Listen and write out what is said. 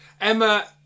Emma